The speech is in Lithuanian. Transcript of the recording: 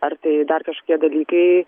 ar tai dar kažkokie dalykai